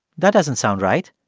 that doesn't sound right.